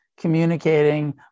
Communicating